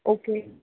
okay